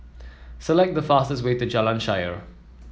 select the fastest way to Jalan Shaer